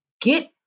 get